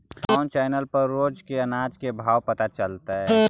कोन चैनल पर रोज के अनाज के भाव पता चलतै?